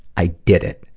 i did it.